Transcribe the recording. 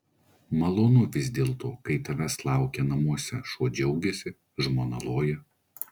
malonu vis dėlto kai tavęs laukia namuose šuo džiaugiasi žmona loja